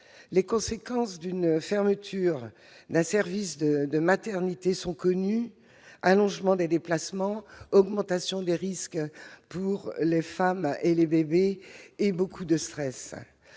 Les conséquences d'une fermeture d'un service de maternité sont connues : allongement des déplacements, augmentation des risques pour les femmes et les bébés, ainsi que beaucoup de stress.